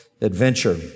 adventure